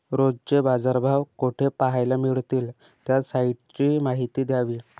रोजचे बाजारभाव कोठे पहायला मिळतील? त्या साईटची माहिती द्यावी